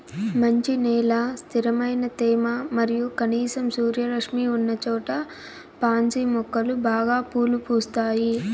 మంచి నేల, స్థిరమైన తేమ మరియు కనీసం సూర్యరశ్మి ఉన్నచోట పాన్సి మొక్కలు బాగా పూలు పూస్తాయి